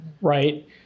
right